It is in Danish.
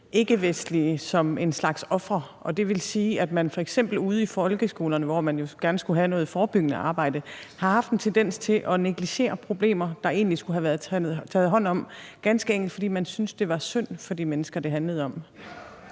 indvandrere som en slags ofre, og det vil sige, at man f.eks. ude i folkeskolerne, hvor man jo gerne skulle have noget forebyggende arbejde, har haft en tendens til at negligere problemer, der egentlig skulle have været taget hånd om, ganske enkelt fordi man synes, det er synd for de mennesker, det handler om?